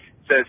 says